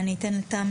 אני אתן לתמי,